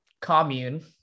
commune